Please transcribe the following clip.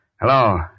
Hello